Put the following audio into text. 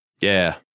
Yeah